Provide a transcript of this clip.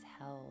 held